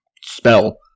spell